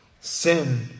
sin